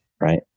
right